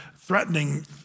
threatening